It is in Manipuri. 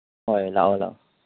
ꯍꯣꯏ ꯂꯥꯛꯑꯣ ꯂꯥꯛꯑꯣ